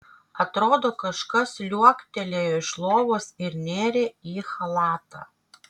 atrodo kažkas liuoktelėjo iš lovos ir nėrė į chalatą